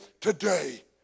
today